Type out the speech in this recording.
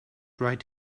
right